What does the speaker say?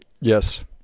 Yes